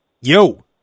Yo